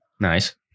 Nice